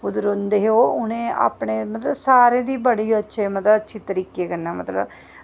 उद्धर रौहंदे हे उ'नें अपने मतलब सारे दी बड़े अच्छे तरीके मतलब अच्छे तरीके कन्नै मतलब